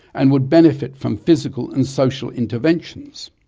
and would benefit from physical and social interventions.